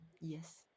Yes